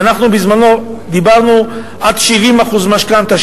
שאנחנו בזמנו דיברנו עד 70% משכנתה,